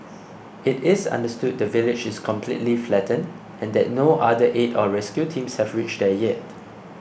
it is understood the village is completely flattened and that no other aid or rescue teams have reached there yet